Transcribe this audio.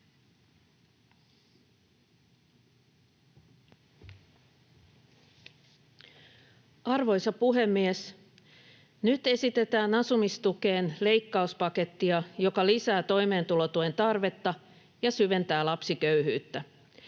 Arvoisa puhemies! Nyt esitetään asumistukeen leikkauspakettia, joka lisää toimeentulotuen tarvetta ja syventää lapsiköyhyyttä.